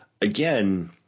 again